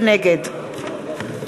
נגד